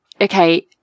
okay –